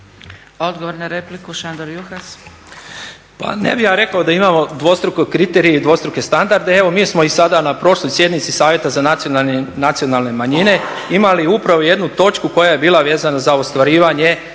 Odgovor na repliku, Šandor Juhas.